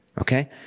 okay